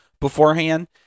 beforehand